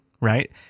right